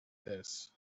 this